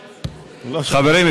בבקשה, חברים.